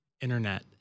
internet